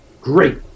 Great